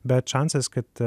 bet šansas kad